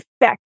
Effect